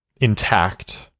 Intact